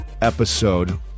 episode